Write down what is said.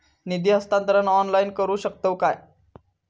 निधी हस्तांतरण ऑनलाइन करू शकतव काय?